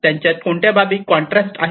त्यांच्यात कोणत्या बाबी कॉन्ट्रास्ट आहेत